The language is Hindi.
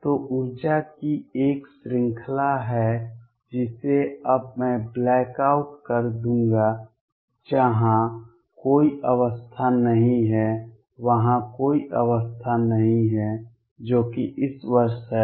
तो ऊर्जा की एक श्रृंखला है जिसे अब मैं ब्लैक आउट कर दूंगा जहां कोई अवस्था नहीं है वहां कोई अवस्था नहीं है जो कि इस वर्ष है